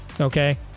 Okay